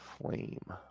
Flame